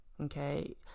okay